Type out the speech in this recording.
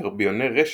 גרביוני רשת,